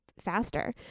faster